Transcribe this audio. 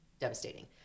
devastating